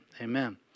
amen